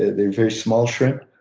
they're very small shrimp.